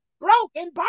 broken